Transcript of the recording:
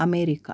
America